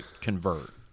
convert